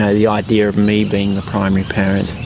ah the idea of me being the primary parent.